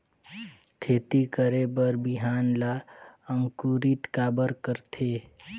खेती करे बर बिहान ला अंकुरित काबर करथे?